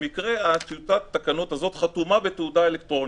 במקרה, טיוטת התקנות הזאת חתומה בתעודה אלקטרונית.